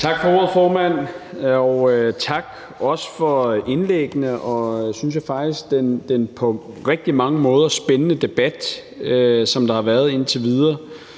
Tak for ordet, formand, og også tak for indlæggene og den, synes jeg, faktisk på rigtig mange måder spændende debat, som der har været indtil videre.